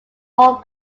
all